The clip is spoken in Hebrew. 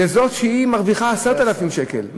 לזאת שמרוויחה 10,000 שקל.